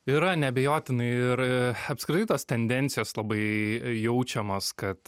yra neabejotinai ir apskritai tos tendencijos labai jaučiamos kad